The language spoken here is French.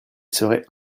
serait